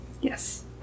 Yes